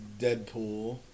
Deadpool